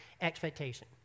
expectation